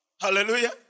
Hallelujah